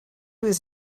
was